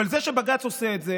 אבל זה שבג"ץ עושה את זה